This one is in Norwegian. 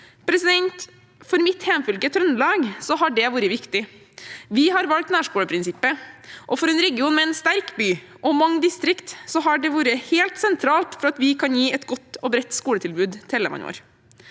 videregående. For mitt hjemfylke, Trøndelag, har det vært viktig. Vi har valgt nærskoleprinsippet. For en region med en sterk by og mange distrikt har det vært helt sentralt for å kunne gi et godt og bredt skoletilbud til elevene våre.